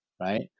right